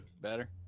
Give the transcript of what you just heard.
Better